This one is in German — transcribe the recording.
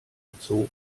gezogen